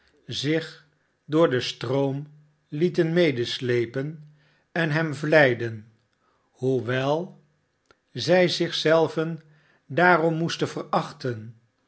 zich door den stroom lieten medeslepen en hem vleiden hoewel zij zich zelven daarom moesten verachten